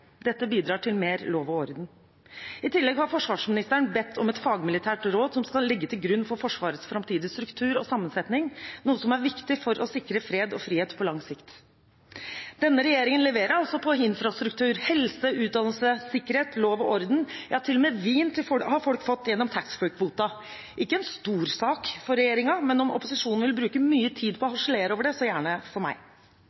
Dette bidrar til mer lov og orden. I tillegg har forsvarsministeren bedt om et fagmilitært råd som skal ligge til grunn for Forsvarets framtidige struktur og sammensetning, noe som er viktig for å sikre fred og frihet på lang sikt. Denne regjeringen leverer altså på infrastruktur, helse, utdannelse, sikkerhet, lov og orden. Ja, til og med vin har folk fått gjennom taxfree-kvoten – ikke en stor sak for regjeringen, men om opposisjonen vil bruke mye tid på å